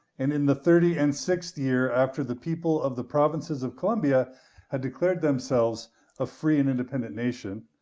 and in the thirty and sixth year after the people of the provinces of columbia had declared themselves a free and independent nation,